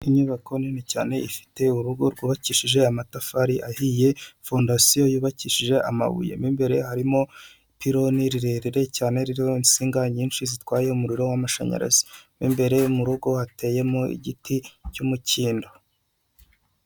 Inyubako nini cyane ifite urugo rwubakishije amatafari ahiye, fondasiyo yubakishije amabuye mo imbere harimo ipiloni rirerire cyane ririmo insinga nyinshi zitwaye umuriro w'amashanyarazi. Mo imbere mu rugo hateyemo igiti cy'umukindo.